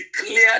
declared